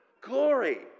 glory